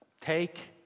Take